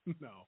No